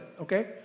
okay